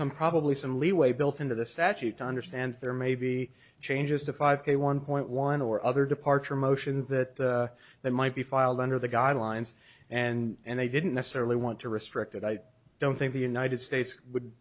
some probably some leeway built into the statute to understand there may be changes to five k one point one or other departure motions that they might be filed under the guidelines and they didn't necessarily want to restrict it i don't think the united states would